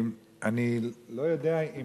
אני לא יודע אם